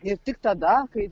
ir tik tada kai